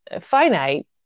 finite